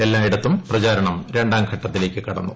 എല്ലായിടത്തും പ്രചാരണം രണ്ടാം ഘട്ടത്തിലേക്ക് കടന്നു